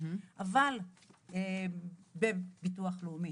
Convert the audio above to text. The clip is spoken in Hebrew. אבל במוסד לביטוח לאומי.